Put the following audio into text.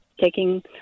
taking